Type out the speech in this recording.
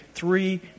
three